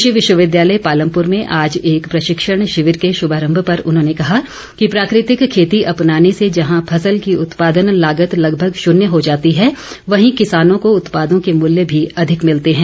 कृषि विश्वविद्यालय पालमपुर में आज एक प्रशिक्षण शिविर के शुभारम्भ पर उन्होंने कहा कि प्राकृतिक खेती अपनाने से जहां फसल की उत्पादन लागत लगभग शून्य हो जाती है वहीं किसानों को उत्पादों के मूल्य भी अधिक मिलते हैं